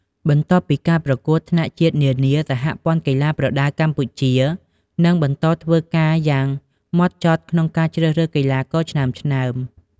បន្ទាប់ពីការប្រកួតថ្នាក់ជាតិនានា សហព័ន្ធកីឡាប្រដាល់កម្ពុជា នឹងបន្តធ្វើការងារយ៉ាងម៉ត់ចត់ក្នុងការជ្រើសរើសកីឡាករឆ្នើមៗ។